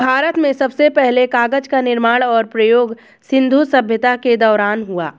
भारत में सबसे पहले कागज़ का निर्माण और प्रयोग सिन्धु सभ्यता के दौरान हुआ